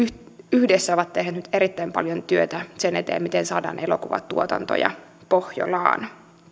yhdessä ovat tehneet erittäin paljon työtä sen eteen että saadaan elokuvatuotantoja pohjolaan